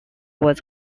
was